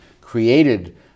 created